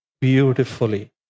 beautifully